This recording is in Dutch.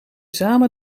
samen